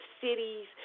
cities